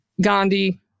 Gandhi